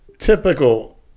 Typical